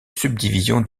subdivision